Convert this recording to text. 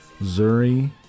Zuri